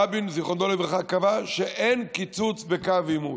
רבין זיכרונו לברכה קבע שאין קיצוץ בקו עימות.